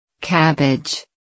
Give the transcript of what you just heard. Cabbage